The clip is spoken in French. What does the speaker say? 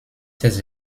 ses